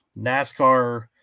NASCAR